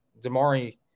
Damari